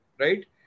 right